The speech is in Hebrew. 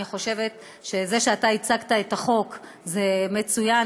אני חושבת שזה שאתה הצגת את החוק זה מצוין,